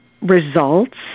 results